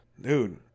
Dude